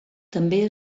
també